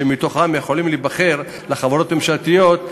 שמהם יכולים להיבחר לחברות הממשלתיות,